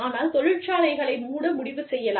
அவர்கள் தொழிற்சாலைகளை மூட முடிவு செய்யலாம்